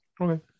Okay